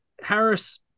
Harris